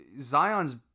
Zion's